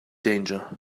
danger